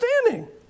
understanding